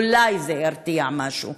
אולי זה ירתיע במשהו.